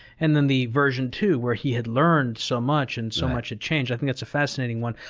and then the version two where he had learned so much and so much had changed. i think that's a fascinating one.